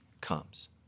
comes